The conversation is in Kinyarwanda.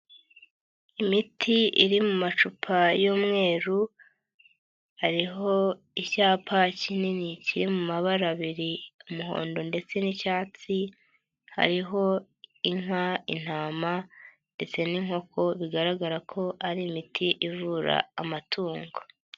Imiti iri mu macupa y'umweru hariho icyapa kinini kiri mu mabara abiri, umuhondo ndetse n'icyatsi, hariho inka, intama ndetse n'inkoko bigaragara ko ari imiti ivura amatungo.